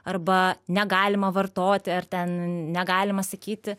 arba negalima vartoti ar ten negalima sakyti